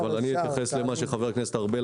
אפשר, אפשר.